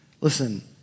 Listen